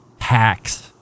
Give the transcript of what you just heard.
hacks